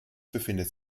befindet